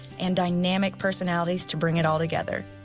and dynamic personalities to bring it all together.